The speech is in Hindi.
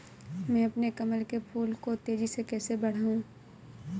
मैं अपने कमल के फूल को तेजी से कैसे बढाऊं?